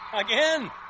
Again